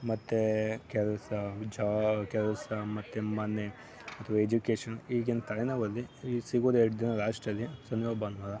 ಮತ್ತೇ ಕೆಲಸ ಉಜ್ಜಾಲ ಕೆಲಸ ಮತ್ತೆ ಮನೆ ಅಥವಾ ಎಜ್ಯುಕೇಶನ್ ಈಗಿನ ತಲೆನೋವಲ್ಲಿ ಇಲ್ಲಿ ಸಿಗೋದು ಎರಡು ದಿನ ಲಾಷ್ಟಲ್ಲಿ ಶನಿವಾರ ಭಾನುವಾರ